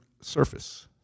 surface